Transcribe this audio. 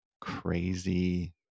crazy